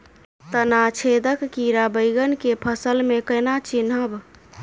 तना छेदक कीड़ा बैंगन केँ फसल म केना चिनहब?